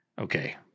Okay